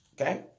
Okay